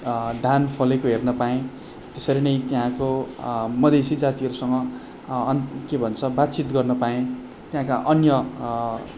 धान फलेको हेर्न पाएँ त्यसरी नै त्यहाँको मधेसी जातिहरूसँग अन् के भन्छ बातचित गर्न पाएँ त्यहाँका अन्य